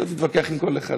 תפסיק להתווכח עם כל אחד.